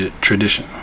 tradition